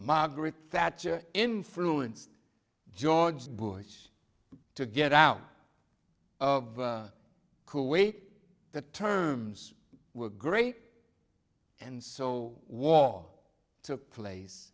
margaret thatcher influenced george bush to get out of kuwait the terms were great and so war took place